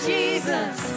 Jesus